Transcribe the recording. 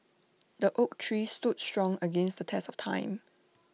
the oak tree stood strong against the test of time